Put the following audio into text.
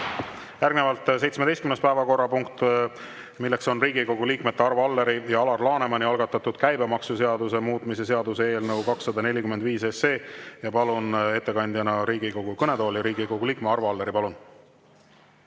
Järgnevalt 17. päevakorrapunkt, mis on Riigikogu liikmete Arvo Alleri ja Alar Lanemani algatatud käibemaksuseaduse muutmise seaduse eelnõu 245. Palun ettekandjana Riigikogu kõnetooli Riigikogu liikme Arvo Alleri.